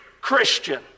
Christian